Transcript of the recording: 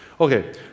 Okay